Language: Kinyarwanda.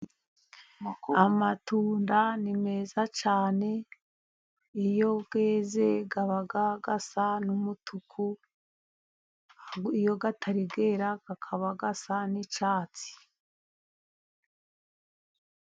Amatunda ni meza cyane. Iyo yeze, aba asa n’umutuku. Iyo atari yera, aba asa n’icyatsi.